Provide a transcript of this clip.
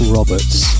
Roberts